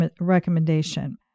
recommendation